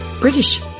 British